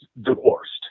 divorced